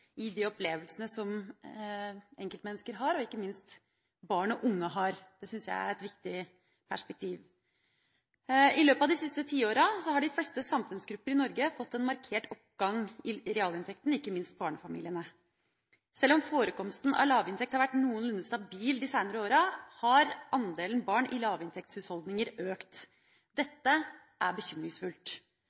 i de opplevelsene som enkeltmennesker har, og som ikke minst barn og unge har. Det syns jeg er et viktig perspektiv. I løpet av de siste tiåra har de fleste samfunnsgrupper i Norge, ikke minst barnefamiliene, fått en markert oppgang i realinntekten. Sjøl om forekomsten av lavinntekt har vært noenlunde stabil de senere åra, har andelen barn i lavinntektshusholdninger økt. Dette er bekymringsfullt.